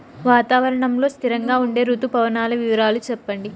వాతావరణం లో స్థిరంగా ఉండే రుతు పవనాల వివరాలు చెప్పండి?